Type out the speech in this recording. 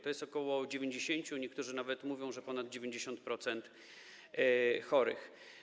To jest ok. 90%, niektórzy nawet mówią, że ponad 90%, chorych.